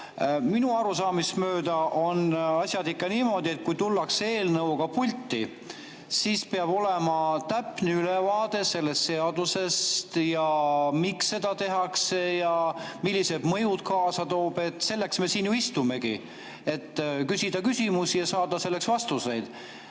Minu arusaamist mööda on asjad ikka niimoodi, et kui tullakse eelnõuga pulti, siis peab olema täpne ülevaade sellest [eelnõust], miks seda tehakse ja millised mõjud see kaasa toob. Selleks me siin ju istumegi, et küsida küsimusi ja saada vastuseid.